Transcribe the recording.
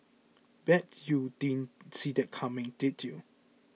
bet you you didn't see that coming did you